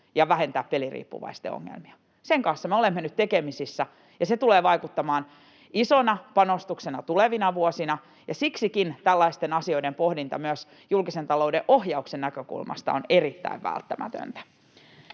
ja vähentää peliriippuvaisten ongelmia. Sen kanssa me olemme nyt tekemisissä, ja se tulee vaikuttamaan isona panostuksena tulevina vuosina. Siksikin tällaisten asioiden pohdinta myös julkisen talouden ohjauksen näkökulmasta on erittäin välttämätöntä.